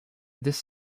this